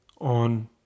on